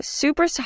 super